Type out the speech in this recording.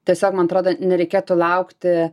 tiesiog man atrodo nereikėtų laukti